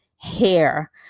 Hair